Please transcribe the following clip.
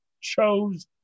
chose